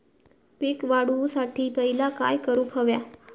पीक वाढवुसाठी पहिला काय करूक हव्या?